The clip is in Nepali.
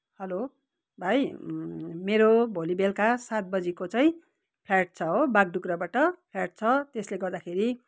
हेलो भाइ मेरो भोलि बेलुका सात बजीको चाहिँ फ्लाइट छ हो बागडोग्राबाट फ्लाइट छ त्यसले गर्दाखेरि